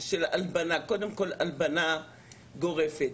של הלבנה, קודם כל הלבנה גורפת.